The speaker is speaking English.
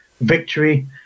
victory